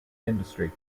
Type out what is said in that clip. industry